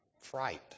fright